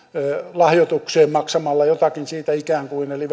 lahjoitukseen ikään kuin maksamalla jotakin siitä eli